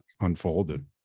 unfolded